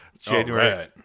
January